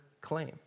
claim